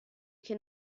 che